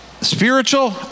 spiritual